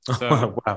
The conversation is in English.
Wow